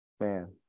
Man